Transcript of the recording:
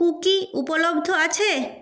cookie উপলব্ধ আছে